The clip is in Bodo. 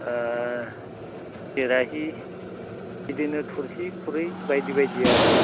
केराहि बिदिनो थुरसि खुरै बायदि बायदि आरो